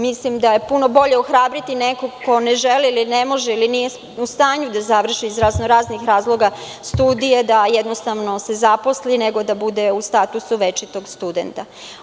Mislim da je puno bolje ohrabriti nekoga ko ne želi, ne može ili nije u stanju da završi iz razno raznih razloga studije, da jednostavno se zaposli, nego da bude u statusu večitog studenta.